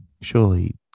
Surely